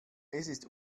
ist